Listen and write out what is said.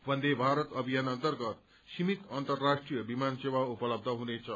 बन्दे भारत अभियान अन्तर्गत सीमित अन्तर्राष्ट्रीय विमान सेवा उपलब्ब हुनेछ